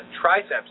triceps